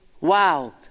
Wow